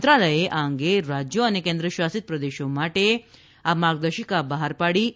મંત્રાલયે આ અંગે રાજયો અને કેન્દ્રશાસિત પ્રદેશો માટે ગઈકાલે માર્ગદર્શિકા બહાર પાડી દીધી છે